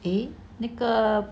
eh 那个